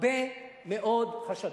הרבה מאוד חשדות.